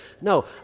No